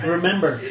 Remember